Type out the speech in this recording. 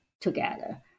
together